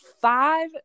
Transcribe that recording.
five